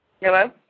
Hello